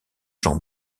jean